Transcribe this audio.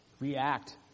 react